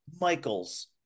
Michaels